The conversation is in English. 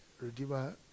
redeemer